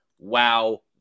Wow